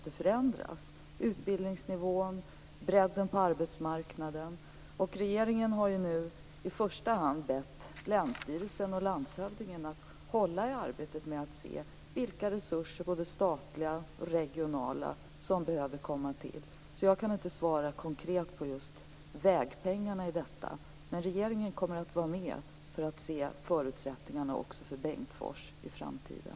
Det gäller bl.a. utbildningsnivån och bredden på arbetsmarknaden. Regeringen har nu i första hand bett länsstyrelsen och landshövdingen att hålla i arbetet med att se vilka resurser, både statliga och regionala, som behöver komma till. Jag kan inte svara konkret på just frågan om vägpengarna. Men regeringen kommer att vara med för att se på förutsättningarna också för Bengtsfors i framtiden.